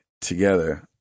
together